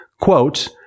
quote